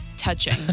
touching